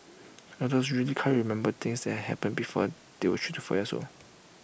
adults usually can remember things that happened before they were three to four years old